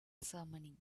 ceremony